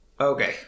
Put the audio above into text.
Okay